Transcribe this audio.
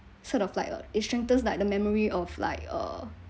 sort of like a it strengthens like the memory of like uh